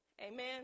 amen